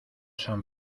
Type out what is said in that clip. san